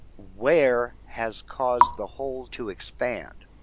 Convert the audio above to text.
wear has caused the hole to expand